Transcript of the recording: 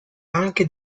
anche